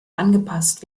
angepasst